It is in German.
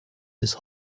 bis